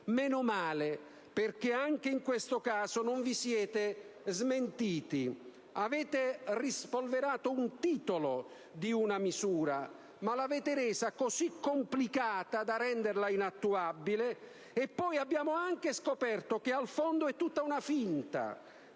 meno male, perché anche in questo caso non vi siete smentiti. Avete rispolverato un titolo di una misura, ma l'avete resa così complicata da renderla inattuabile; inoltre, abbiamo anche scoperto che al fondo è tutta una finta,